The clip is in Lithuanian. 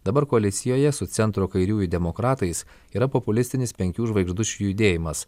dabar koalicijoje su centro kairiųjų demokratais yra populistinis penkių žvaigždučių judėjimas